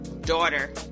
daughter